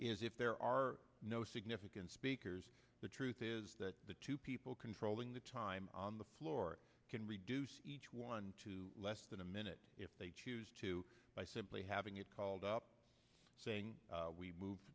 is if there are no significant speakers the truth is that the two people controlling the time on the floor can reduce each one to less than a minute if they choose to by simply having it called up saying we move